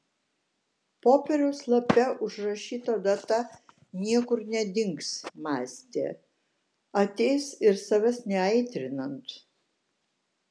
popieriaus lape užrašyta data niekur nedings mąstė ateis ir savęs neaitrinant